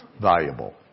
valuable